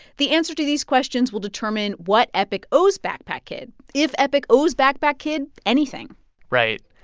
the answer to these questions will determine what epic owes backpack kid, if epic owes backpack kid anything right.